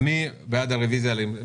מי בעד הרביזיה?